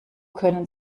können